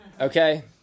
Okay